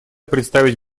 представить